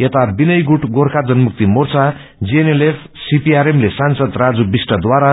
यता विनय गुट Gorkha Janmukti Morcha GNLF CPRM ले सांसद राजु विष्टद्वारा